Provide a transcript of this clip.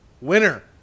Winner